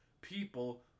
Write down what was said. people